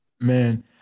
Man